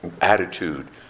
attitude